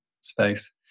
space